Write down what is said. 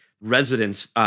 residents